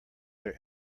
their